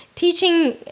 Teaching